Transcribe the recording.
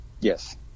Yes